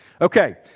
Okay